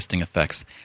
effects